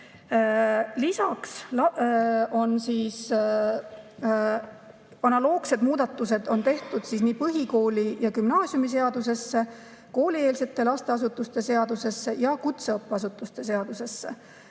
ei ole. Analoogsed muudatused on tehtud põhikooli‑ ja gümnaasiumiseadusesse, koolieelse lasteasutuse seadusesse ja kutseõppeasutuse seadusesse.